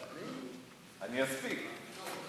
אני אספיק.